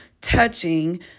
touching